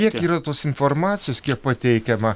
kiek yra tos informacijos kiek pateikiama